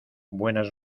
buenas